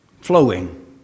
flowing